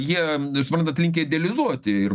jie suprantat linkę idealizuoti ir